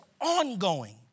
ongoing